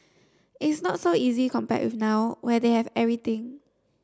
it's not so easy compared now where they have everything